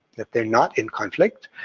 that they're not in conflict.